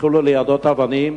התחילו ליידות אבנים,